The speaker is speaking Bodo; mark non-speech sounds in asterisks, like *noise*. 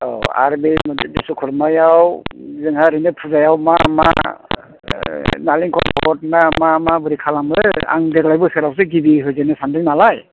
औ आरो बे मोनसे बिशकर्मायाव जोंहा ओरैनो फुजायाव मा मा नालेंखर *unintelligible* मा मा माबोरै खालामो आं देग्लाय बोसोरावसो गिबि होजेननो सानदों नालाय